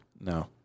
No